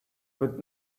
but